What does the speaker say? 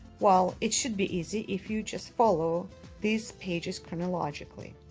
well, it should be easy if you just follow these pages chronologically.